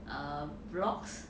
err blogs